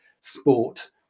sport